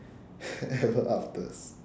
ever afters